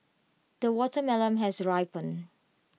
the watermelon has ripened